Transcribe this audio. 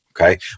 okay